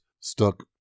stuck